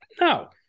no